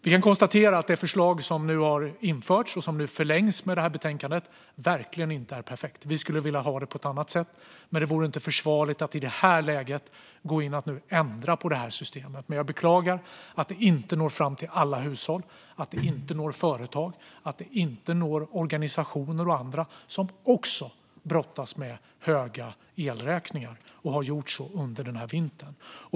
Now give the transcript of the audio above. Vi kan konstatera att det förslag som nu har införts och som nu förlängs i och med detta betänkande verkligen inte är perfekt. Vi skulle vilja ha det på ett annat sätt, men det vore inte försvarligt att i detta läge gå in och ändra på det systemet. Men jag beklagar att det inte når fram till alla hushåll, att det inte når företag och att det inte når organisationer och andra som också brottas med höga elräkningar och som har gjort det under denna vinter.